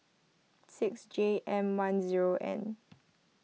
six J M one zero N